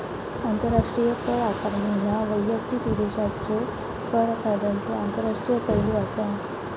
आंतरराष्ट्रीय कर आकारणी ह्या वैयक्तिक देशाच्यो कर कायद्यांचो आंतरराष्ट्रीय पैलू असा